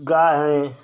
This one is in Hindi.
गाय है